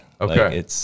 Okay